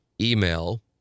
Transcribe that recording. email